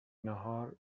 ناهار